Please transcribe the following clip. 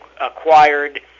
acquired